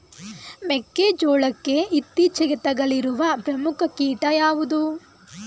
ಮೆಕ್ಕೆ ಜೋಳಕ್ಕೆ ಇತ್ತೀಚೆಗೆ ತಗುಲಿರುವ ಪ್ರಮುಖ ಕೀಟ ಯಾವುದು?